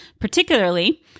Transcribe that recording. particularly